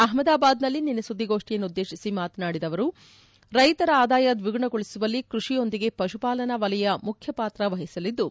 ಅಹ್ಮದಾಬಾದ್ನಲ್ಲಿ ನಿನ್ನೆ ಸುದ್ದಿಗೋಪ್ಠಿಯನ್ನುದ್ದೇಶಿಸಿ ಮಾತನಾಡಿದ ಸಚಿವರು ರೈತರ ಆದಾಯ ದ್ವಿಗುಣಗೊಳಿಸುವಲ್ಲಿ ಕೃಷಿಯೊಂದಿಗೆ ಪಶುಪಾಲನಾ ವಲಯ ಮುಖ್ಯಪಾತ್ರ ವಹಿಸಲಿದ್ದು